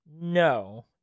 No